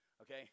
okay